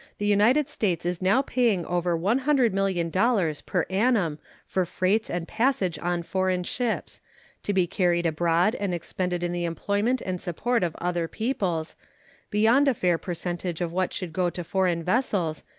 the united states is now paying over one hundred million dollars per annum for freights and passage on foreign ships to be carried abroad and expended in the employment and support of other peoples beyond a fair percentage of what should go to foreign vessels,